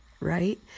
right